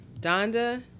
Donda